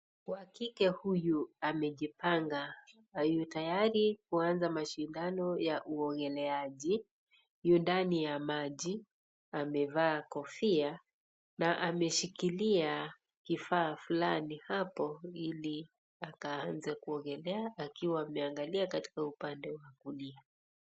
Wa kike huyu amejipanga na yu tayari kuanza mashindano ya uogeleaji. Yu ndani ya maji amevaa kofia na ameshikilia kifaa fulani hapo ili akaanze kuogelea akiwa ameangalia katika upande wa kulia.